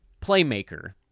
playmaker